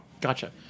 Gotcha